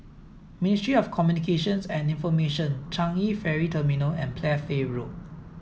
Ministry of Communications and Information Changi Ferry Terminal and Playfair Road